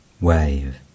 wave